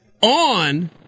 On